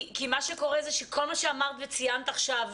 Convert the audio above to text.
כי מה שקורה זה שכל מה שאמרת וציינת עכשיו,